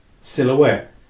silhouette